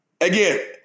Again